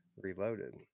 reloaded